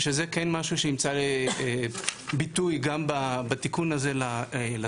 בשביל זה כן משהו שימצא ביטוי גם בתיקון הזה לתקנות,